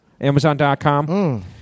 Amazon.com